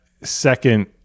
second